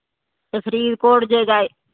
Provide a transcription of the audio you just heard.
ਅਤੇ ਫਰੀਦਕੋਟ ਜੇ ਗਏ